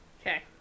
Okay